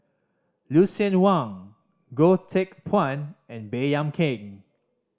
Lucien Wang Goh Teck Phuan and Baey Yam Keng